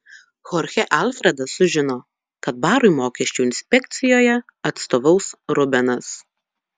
chorchė alfredas sužino kad barui mokesčių inspekcijoje atstovaus rubenas